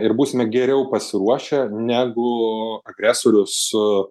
ir būsime geriau pasiruošę negu agresorius